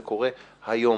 זה קורה היום.